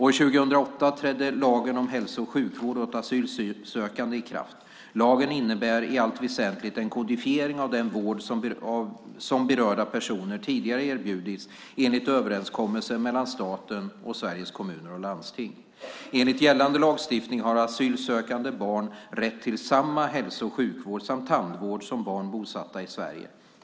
År 2008 trädde lagen om hälso och sjukvård åt asylsökande i kraft. Lagen innebär i allt väsentligt en kodifiering av den vård som berörda personer tidigare erbjudits enligt överenskommelser mellan staten och Sveriges Kommuner och Landsting. Enligt gällande lagstiftning har asylsökande barn rätt till samma hälso och sjukvård samt tandvård som barn bosatta i Sverige.